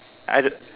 I d~